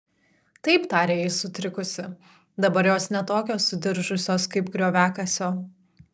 taip tarė ji sutrikusi dabar jos ne tokios sudiržusios kaip grioviakasio